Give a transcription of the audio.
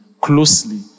Closely